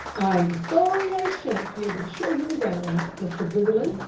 i'm sorry i shan't be able to show you round, mr. briggerland,